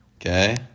Okay